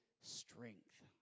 strength